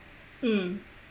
mm